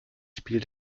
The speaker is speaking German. spiel